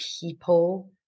people